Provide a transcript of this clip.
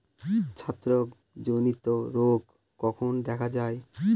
ছত্রাক জনিত রোগ কখন দেখা য়ায়?